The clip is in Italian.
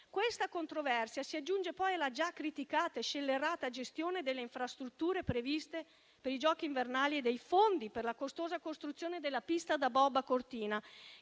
Questa controversia si aggiunge poi alla già criticata e scellerata gestione delle infrastrutture previste per i Giochi invernali e dei fondi per la costosa costruzione della pista da bob a Cortina,